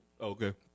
Okay